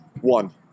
One